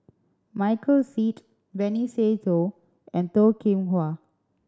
Michael Seet Benny Se Teo and Toh Kim Hwa